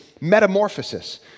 metamorphosis